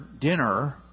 dinner